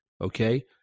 Okay